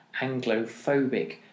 anglophobic